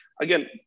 again